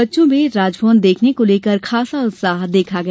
बच्चों में राजभवन देखने को लेकर उत्साह देखा गया